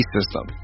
System